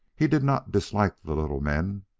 he did not dislike the little men,